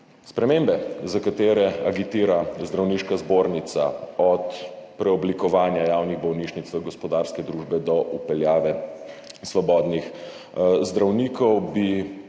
Spremembe, za katere agitira Zdravniška zbornica, od preoblikovanja javnih bolnišnic v gospodarske družbe do vpeljave svobodnih zdravnikov,